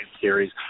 series